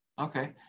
Okay